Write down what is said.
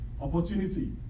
Opportunity